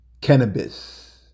cannabis